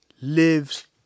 lives